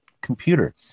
computer